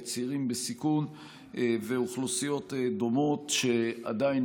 צעירים בסיכון ואוכלוסיות דומות שעדיין